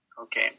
Okay